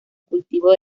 cultivo